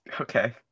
Okay